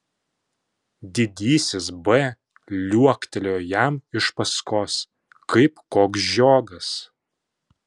didysis b liuoktelėjo jam iš paskos kaip koks žiogas